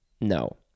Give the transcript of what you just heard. No